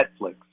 Netflix